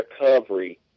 recovery